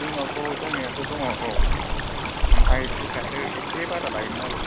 जोंनावथ' दंनायाथ' दङ औ ओमफाय पिसासो एसे बारा लायोमोन आरो